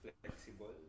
flexible